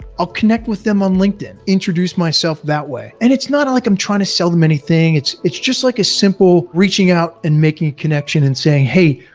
i'll connect with them on linkedin, introduce myself that way. and it's not like i'm trying to sell them anything. it's it's just like a simple reaching out and making a connection and saying hey,